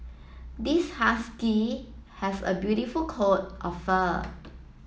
this Husky has a beautiful coat of fur